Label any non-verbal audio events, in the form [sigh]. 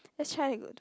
let's try [noise]